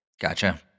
gotcha